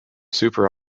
super